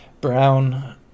Brown